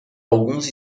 alguns